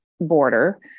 border